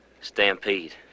Stampede